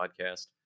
podcast